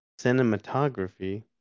cinematography